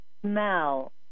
smell